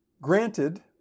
granted